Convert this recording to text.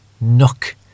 nook